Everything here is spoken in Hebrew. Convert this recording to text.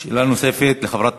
שאלה נוספת לחברת